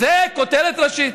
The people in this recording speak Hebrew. זה כותרת ראשית.